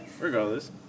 Regardless